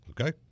Okay